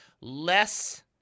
less